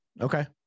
Okay